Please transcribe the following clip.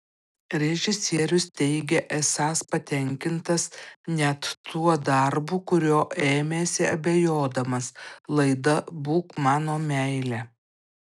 režisierius teigia esąs patenkintas net tuo darbu kurio ėmėsi abejodamas laida būk mano meile